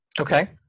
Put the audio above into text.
Okay